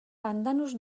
pandanus